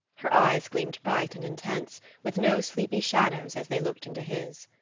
her eyes gleamed bright and intense, with no sleepy shadows, as they looked into his.